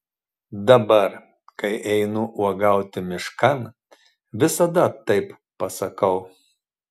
dabar kai einu uogauti miškan visada taip pasakau